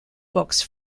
books